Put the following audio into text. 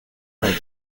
indien